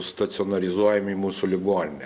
stacionarizuojami į mūsų ligoninę